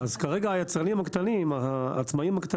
כרגע העצמאיים הקטנים בחקלאות,